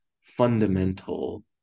fundamental